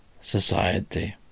society